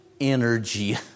energy